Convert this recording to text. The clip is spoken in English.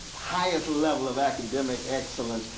highest level of academic excellence.